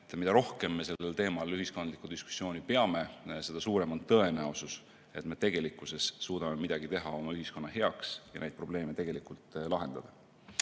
et mida rohkem me sellel teemal ühiskondlikku diskussiooni peame, seda suurem on tõenäosus, et me suudame midagi teha oma ühiskonna heaks ja neid probleeme tegelikult lahendada. Ja